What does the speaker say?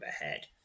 ahead